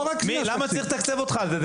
למה צריך לתקצב אותך על זה?